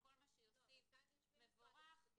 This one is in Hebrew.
כל מה שיוסיף מבורך.